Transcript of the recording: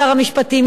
שר המשפטים,